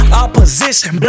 opposition